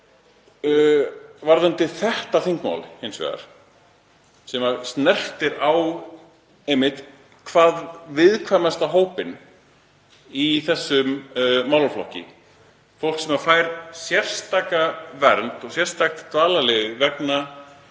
Varðandi þetta þingmál hins vegar, sem snertir á hvað viðkvæmasta hópnum í þessum málaflokki, fólki sem fær sérstaka vernd og sérstakt dvalarleyfi vegna